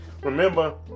remember